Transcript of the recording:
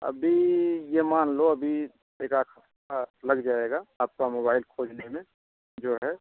अभी ये मान लो अभी एकाध हफ्ता लग जाएगा आपका मोबाइल खोजने में जो है